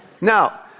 Now